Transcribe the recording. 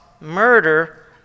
murder